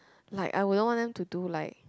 like I wouldn't want them to do like